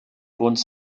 uns